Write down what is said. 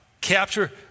capture